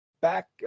back